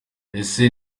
ese